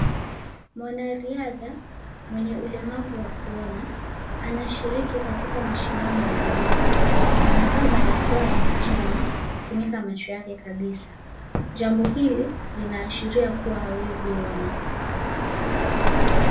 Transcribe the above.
Mwanariadha mwenye ulemavu wa kuona, anashiriki katika mashindano ya mbio. Amevaa barakoa ya kijani, kufunika macho yake kabisa. Jambo hili linaashiria kuwa hawezi ona.